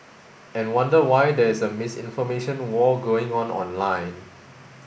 and wonder why there is a misinformation war going on online